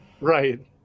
Right